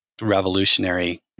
revolutionary